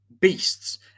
beasts